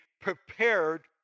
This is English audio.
prepared